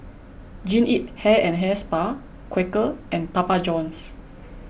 Jean Yip Hair and Hair Spa Quaker and Papa Johns